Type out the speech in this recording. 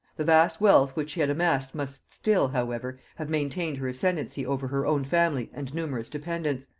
the vast wealth which she had amassed must still, however, have maintained her ascendency over her own family and numerous dependents,